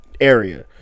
area